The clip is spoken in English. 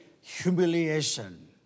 humiliation